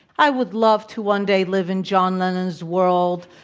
i would love to one day live in john lennon's world,